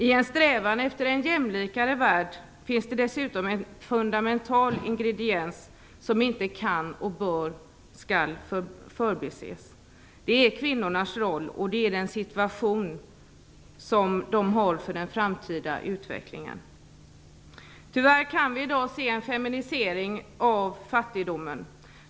I en strävan efter en jämlikare värld finns det dessutom en fundamental ingrediens som inte kan, bör eller skall förbises. Det är kvinnornas roll och det är den betydelse som de har för den framtida utvecklingen. Tyvärr kan vi i dag se en feminisering av fattigdomen.